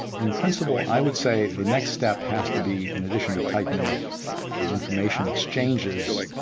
in principle, i would say the next step has to be in addition to tightening up the information exchanges,